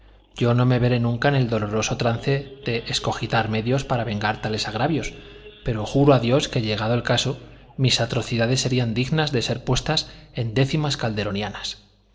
afortunadamente añadía calmándose yo no me veré nunca en el doloroso trance de escogitar medios para vengar tales agravios pero juro a dios que llegado el caso mis atrocidades serían dignas de ser puestas en décimas calderonianas